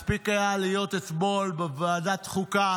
מספיק היה להיות אתמול בוועדת חוקה